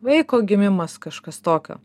vaiko gimimas kažkas tokio